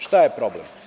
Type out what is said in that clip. Šta je problem?